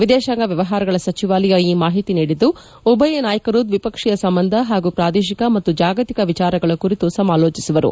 ವಿದೇಶಾಂಗ ವ್ಯವಹಾರಗಳ ಸಚಿವಾಲಯ ಈ ಮಾಹಿತಿ ನೀಡಿದ್ದು ಉಭಯ ನಾಯಕರು ದ್ವಿಪಕ್ಷೀಯ ಸಂಬಂಧ ಹಾಗೂ ಪ್ರಾದೇಶಿಕ ಮತ್ತು ಜಾಗತಿಕ ವಿಚಾರಗಳ ಕುರಿತು ಸಮಾಲೋಚನೆ ನಡೆಸುವರು